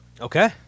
Okay